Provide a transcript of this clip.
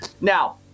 Now